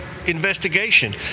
Investigation